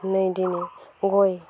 नै दिनै गय